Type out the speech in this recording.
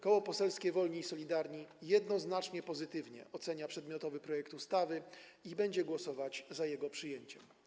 Koło Poselskie Wolni i Solidarni jednoznacznie pozytywnie ocenia przedmiotowy projekt ustawy i będzie głosować za jego przyjęciem.